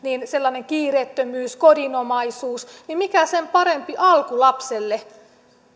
sellainen kiireettömyys kodinomaisuus mikä sen parempi alku lapselle